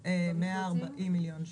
140 מיליון שקל.